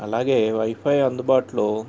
అలాగే వైఫై అందుబాటులో